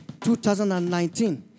2019